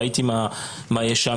ראיתי מה יש שם.